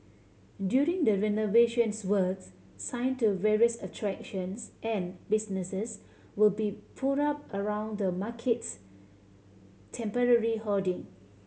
during the renovations works sign to various attractions and businesses will be put up around the market's temporary hoarding